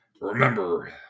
Remember